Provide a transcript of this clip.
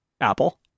Apple